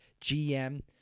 GM